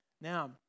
Now